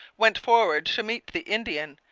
went forward to meet the indian,